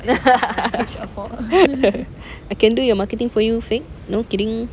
I can do your marketing for you fake no kidding